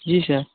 जी sir